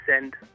send